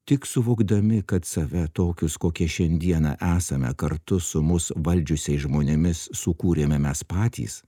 tik suvokdami kad save tokius kokie šiandieną esame kartu su mus valdžiusiais žmonėmis sukūrėme mes patys